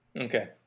Okay